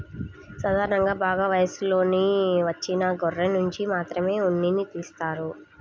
సాధారణంగా బాగా వయసులోకి వచ్చిన గొర్రెనుంచి మాత్రమే ఉన్నిని తీస్తారు